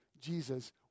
Jesus